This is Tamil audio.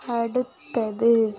அடுத்தது